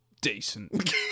decent